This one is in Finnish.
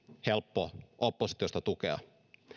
helppo oppositiosta tukea